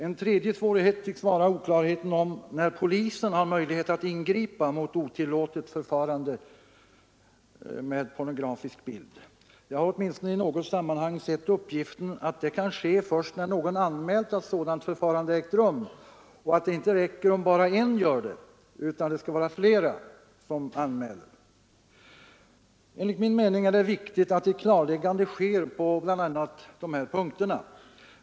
En tredje svårighet tycks vara oklarheten om när polisen har möjlighet att ingripa mot otillåtet förfarande med pornografisk bild. Jag har åtminstone i något sammanhang sett uppgiften att det kan ske först när någon anmält att sådant förfarande ägt rum och att det inte räcker om bara en anmäler — det skall vara flera anmälningar. Enligt min mening är det viktigt att ett klarläggande sker på bl.a. dessa punkter.